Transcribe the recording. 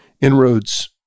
inroads